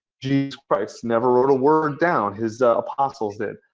jesus christ never wrote a word down, his apostles did.